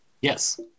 Yes